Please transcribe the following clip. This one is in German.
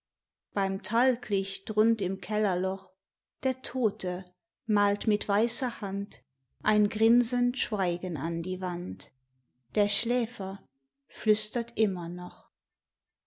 beim talglicht drunt im kellerloch der tote malt mit weißer hand ein grinsend schweigen an die wand der schläfer flüstert immer noch